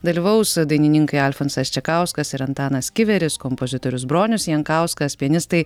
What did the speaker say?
dalyvaus dainininkai alfonsas čekauskas ir antanas kiveris kompozitorius bronius jankauskas pianistai